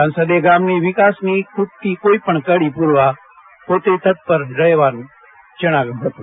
સાંસદે ગામની વિકાસની ખૂટતી કોઇપણ કડી પૂરવા પોતે તત્પર હોવાનું જણાવ્યું હતું